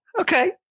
Okay